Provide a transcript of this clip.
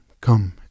Come